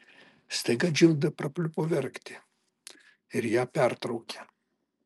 staiga džilda prapliupo verkti ir ją pertraukė